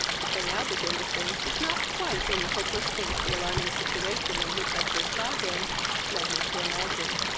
which i now begin to think is not quite in the hopeless state the alarming situation in which i first saw him led me to imagine.